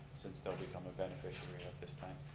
since they'll become a beneficiary of this plant.